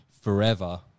forever